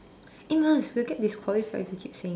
Amos we will get disqualified if you keep saying that